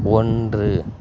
ஒன்று